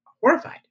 horrified